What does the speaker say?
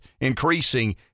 increasing